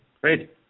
Great